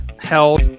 held